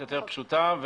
פשוטה,